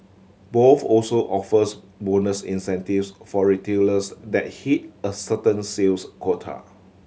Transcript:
both also offers bonus incentives for retailers that hit a certain sales quota